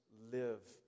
live